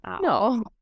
no